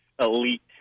elite